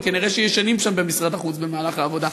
כנראה ישנים שם במשרד החוץ במהלך העבודה.